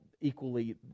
equally